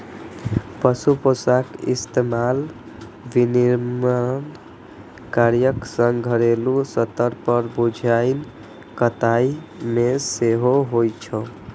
पशु रेशाक इस्तेमाल विनिर्माण कार्यक संग घरेलू स्तर पर बुनाइ कताइ मे सेहो होइ छै